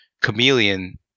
chameleon